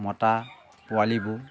মতা পোৱালিবোৰ